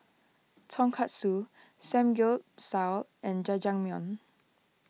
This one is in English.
Tonkatsu Samgyeopsal and Jajangmyeon